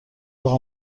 اقا